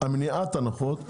מניעת ההנחות,